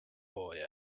boy